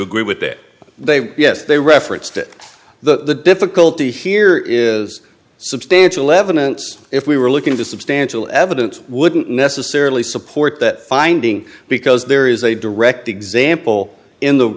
agree with it they yes they referenced it the difficulty here is substantial evidence if we were looking to substantial evidence wouldn't necessarily support that finding because there is a direct example in the